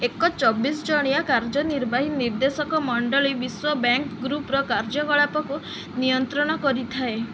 ଏକ ଚବିଶ ଜଣିଆ କାର୍ଯ୍ୟନିର୍ବାହୀ ନିର୍ଦ୍ଦେଶକ ମଣ୍ଡଳୀ ବିଶ୍ୱ ବ୍ୟାଙ୍କ ଗ୍ରୁପର କାର୍ଯ୍ୟକଳାପକୁ ନିୟନ୍ତ୍ରଣ କରିଥାଏ